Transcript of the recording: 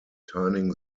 turning